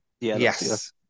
Yes